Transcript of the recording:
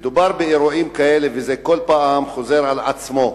כשמדובר באירועים כאלה, וזה כל פעם חוזר על עצמו,